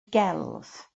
gelf